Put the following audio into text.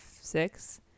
six